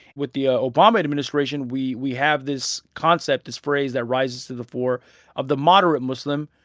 with the ah obama administration, we we have this concept, this phrase, that rises to the fore of the moderate muslim,